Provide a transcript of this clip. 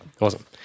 Awesome